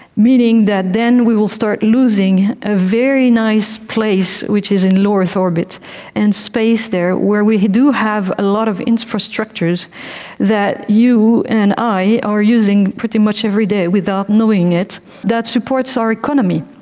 meaning that then we will start losing a very nice place which is in low earth orbit in and space there where we do have a lot of infrastructures that you and i are using pretty much every day without knowing it that supports our economy.